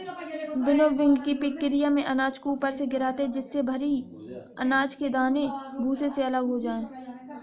विनोविंगकी प्रकिया में अनाज को ऊपर से गिराते है जिससे भरी अनाज के दाने भूसे से अलग हो जाए